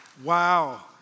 Wow